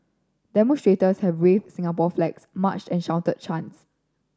demonstrators had waved Singapore flags marched and shouted chants